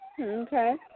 Okay